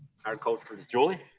agriculture julie.